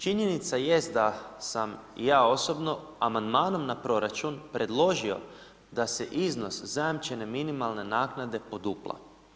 Činjenica jest da sam ja osobno amandmanom na proračun predložio da se iznos zajamčene minimalne naknade podupla.